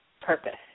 purpose